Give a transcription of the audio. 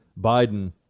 Biden